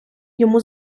йому